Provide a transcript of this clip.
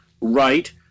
right